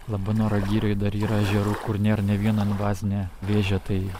labanoro girioj dar yra ežerų kur nėr nė vieno invazinio vėžio tai